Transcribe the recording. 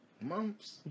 Months